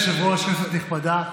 אדוני היושב-ראש, כנסת נכבדה,